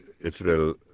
Israel